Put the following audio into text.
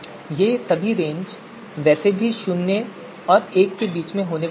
ये सभी रेंज वैसे भी शून्य और एक के बीच होने वाली हैं